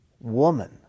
Woman